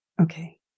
Okay